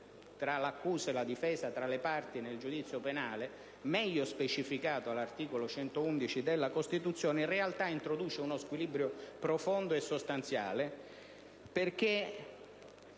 tra l'accusa e la difesa, tra le parti nel giudizio penale, meglio specificato all'articolo 111 della Costituzione, in realtà introduce uno squilibrio profondo e sostanziale.